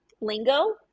lingo